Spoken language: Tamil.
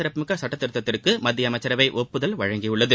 சிறப்புமிக்க சுட்ட திருத்தத்திற்கு மத்திய அமைச்சரவை ஒப்புதல வழங்கியுள்ளது